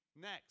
next